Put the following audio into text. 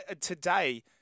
today